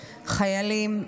חיילים,